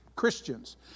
Christians